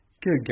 good